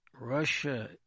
Russia